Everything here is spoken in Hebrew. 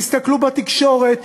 תסתכלו בתקשורת,